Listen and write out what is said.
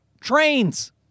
trains